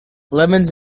lemons